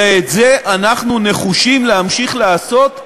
ואת זה אנחנו נחושים להמשיך לעשות,